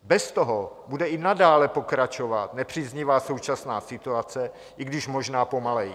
Bez toho bude i nadále pokračovat nepříznivá současná situace, i když možná pomaleji.